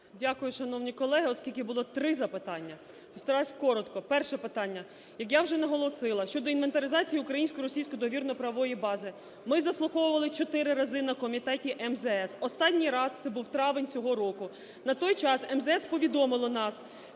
Дякую. Шановні колеги, оскільки було три запитання, постараюся коротко. Перше питання. Як я вже наголосила, щодо інвентаризації українсько-російської договірно-правової бази ми заслуховували чотири рази на комітеті МЗС, останній раз це був травень цього року. На той час МЗС повідомило нас,